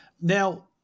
now